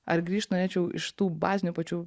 ar grįžt norėčiau iš tų bazinių pačių